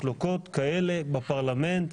מחלוקות כאלה בפרלמנט.